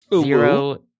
Zero